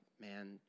man